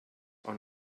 are